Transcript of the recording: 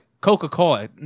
coca-cola